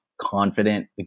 confident